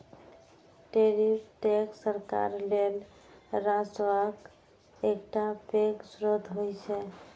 tariff tax सरकार लेल राजस्वक एकटा पैघ स्रोत होइ छै